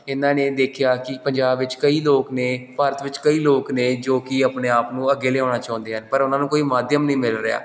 ਇਹਨਾਂ ਨੇ ਦੇਖਿਆ ਕਿ ਪੰਜਾਬ ਵਿੱਚ ਕਈ ਲੋਕ ਨੇ ਭਾਰਤ ਵਿੱਚ ਕਈ ਲੋਕ ਨੇ ਜੋ ਕਿ ਆਪਣੇ ਆਪ ਨੂੰ ਅੱਗੇ ਲਿਆਉਣਾ ਚਾਹੁੰਦੇ ਹੈ ਪਰ ਉਹਨਾਂ ਨੂੰ ਕੋਈ ਮਾਧਿਅਮ ਨਹੀਂ ਮਿਲ ਰਿਹਾ